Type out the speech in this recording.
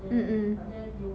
mm mm